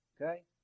okay